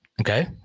okay